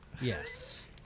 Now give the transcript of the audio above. Yes